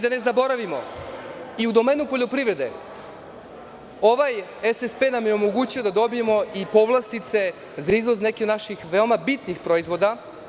Da ne zaboravimo, u domenu poljoprivrede SSP nam je omogućio da dobijemo povlastice za izvoz nekih naših veoma bitnih proizvoda.